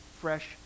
fresh